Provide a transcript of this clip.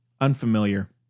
unfamiliar